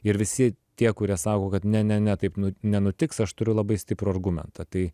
ir visi tie kurie sako kad ne ne ne taip nenutiks aš turiu labai stiprų argumentą tai